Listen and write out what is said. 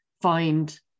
find